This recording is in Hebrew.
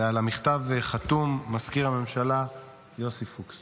ועל המכתב חתום מזכיר הממשלה יוסי פוקס.